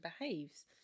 behaves